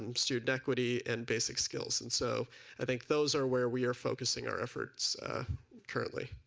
um student equity and basic skills, and so i think those are where we're focusing our efforts currently.